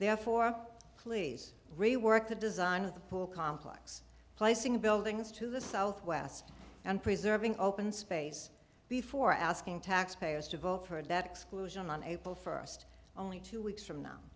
therefore please rework the design of the full complex placing the buildings to the southwest and preserving open space before asking taxpayers to vote for that exclusion on april first only two weeks from now